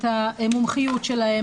את המומחיות שלהם,